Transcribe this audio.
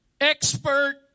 expert